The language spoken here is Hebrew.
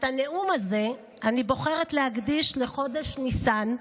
את הנאום הזה אני בוחרת להקדיש לחודש ניסן,